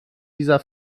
dieser